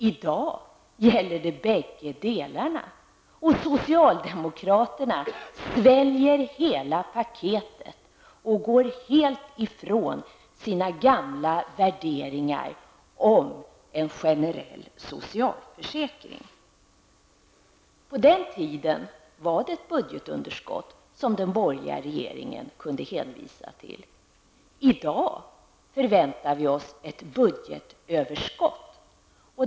I dag gäller det bäggedera, och socialdemokraterna sväljer hela paketet och går helt ifrån sina gamla värderingar om en generell socialförsäkring. På den tiden kunde den borgerliga regeringen hänvisa till ett budgetunderskott. I dag förväntar vi oss ett budgetöverskott.